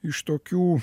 iš tokių